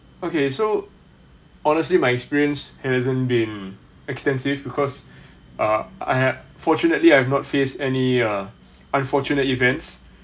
okay so honestly my experience hasn't been extensive because uh I had fortunately I've not face any uh unfortunate events